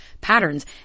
patterns